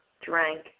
drank